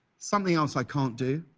something else i can't do,